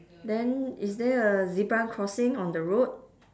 then is there a zebra crossing on the road